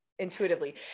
intuitively